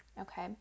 okay